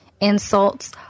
insults